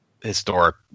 historic